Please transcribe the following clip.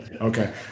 Okay